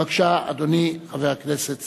בבקשה, אדוני חבר הכנסת סוייד.